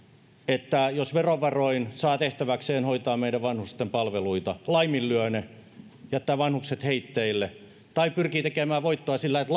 että jos verovaroin saa tehtäväkseen hoitaa meidän vanhusten palveluita niin laiminlyö ne jättää vanhukset heitteille ja pyrkii tekemään voittoa sillä että